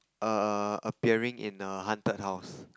err appearing in a haunted house